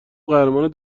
قهرمان